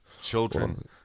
children